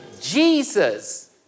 Jesus